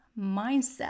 mindset